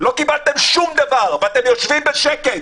לא קיבלתם שום דבר, ואתם יושבים בשקט,